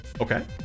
Okay